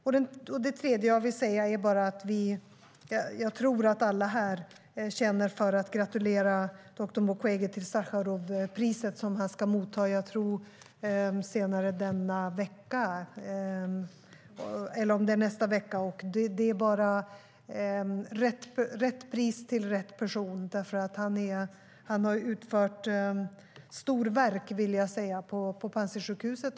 Låt mig också säga att jag tror att alla här känner för att gratulera doktor Mukwege till Sacharovpriset, som han ska motta nästa vecka. Det är rätt pris till rätt person. Han har utfört storverk på Panzisjukhuset.